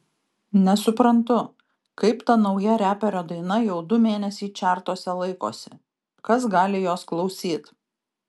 nesuprantu kaip ta nauja reperio daina jau du mėnesiai čertuose laikosi kas gali jos klausyt